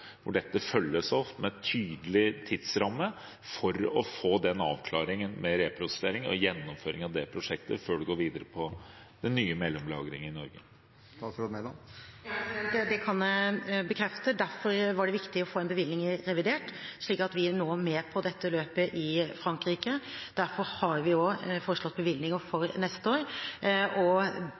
hvor dette følges opp med en tydelig tidsramme for å få den avklaringen med hensyn til reprosessering og gjennomføringen av det prosjektet før man går videre på den nye mellomlagringen i Norge? Det kan jeg bekrefte. Derfor var det viktig å få en bevilgning i revidert, slik at vi nå er med på dette løpet i Frankrike. Derfor har vi også foreslått bevilgninger for neste år.